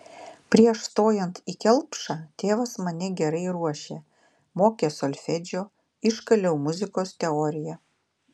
prieš stojant į kelpšą tėvas mane gerai ruošė mokė solfedžio iškaliau muzikos teoriją